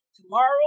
tomorrow